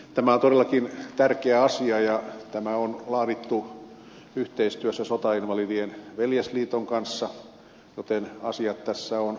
tämä on todellakin tärkeä asia ja tämä on laadittu yhteistyössä sotainvalidien veljesliiton kanssa joten asiat tässä ovat kohdallaan